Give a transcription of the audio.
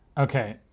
Okay